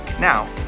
Now